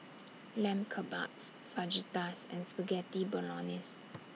Lamb Kebabs Fajitas and Spaghetti Bolognese